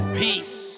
peace